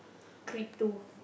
Creed two